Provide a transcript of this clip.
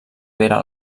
pere